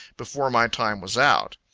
before my time was out.